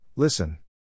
Listen